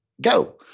go